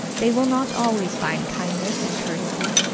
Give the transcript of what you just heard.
they will not always find kindness and courtesy,